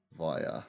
via